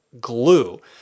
glue